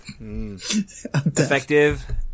Effective